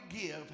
give